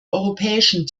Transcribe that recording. europäischen